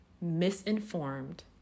misinformed